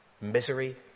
misery